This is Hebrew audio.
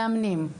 מאמנים,